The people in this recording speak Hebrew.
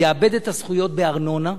הוא יאבד את הזכויות בארנונה,